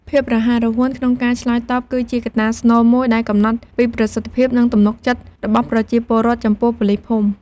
ភាពរហ័សរហួនក្នុងការឆ្លើយតបគឺជាកត្តាស្នូលមួយដែលកំណត់ពីប្រសិទ្ធភាព និងទំនុកចិត្តរបស់ប្រជាពលរដ្ឋចំពោះប៉ូលីសភូមិ។